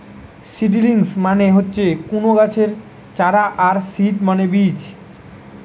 seedlings মানে হচ্ছে কুনো গাছের চারা আর সিড মানে বীজ